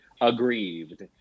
aggrieved